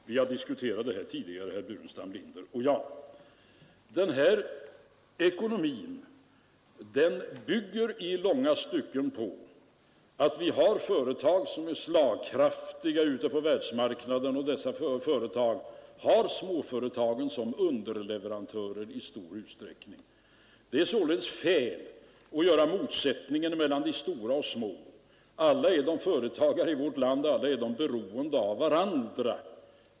Herr Burenstam Linder och jag har diskuterat denna fråga tidigare. Vår ekonomi bygger i många stycken på att vi har företag som är slagkraftiga ute på världsmarknaden, och dessa företag har småföretag som underleverantörer i stor utsträckning. Det är således fel att se en motsättning mellan de stora och de små. De är alla företagare och beroende av varandra.